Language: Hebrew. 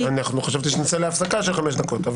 חשבתי שנצא להפסקה של חמש דקות.